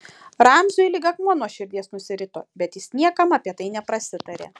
ramziui lyg akmuo nuo širdies nusirito bet jis niekam apie tai neprasitarė